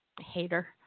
hater